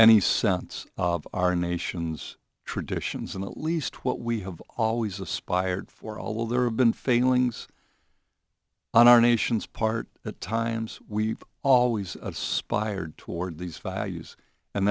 any sense of our nation's traditions and at least what we have always aspired for although there have been failings on our nation's part at times we've always speired toward these values and